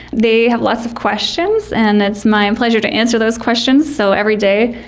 they have lots of questions, and it's my and pleasure to answer those questions, so every day,